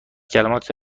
کلمات